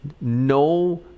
No